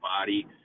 body